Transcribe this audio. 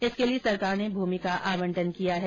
इसके लिए सरकार ने भूमि का आवंटन किया है